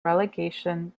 relegation